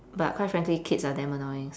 but quite frankly kids are damn annoying